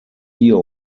hier